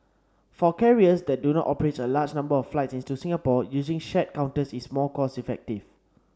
for carriers that do not operate a large number of flights into Singapore using shared counters is more cost effective